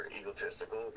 egotistical